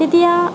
তেতিয়া